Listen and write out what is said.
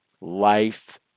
life